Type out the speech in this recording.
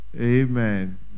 Amen